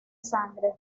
sangre